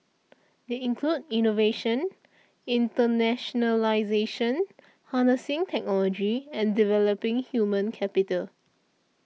they include innovation internationalisation harnessing technology and developing human capital